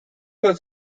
was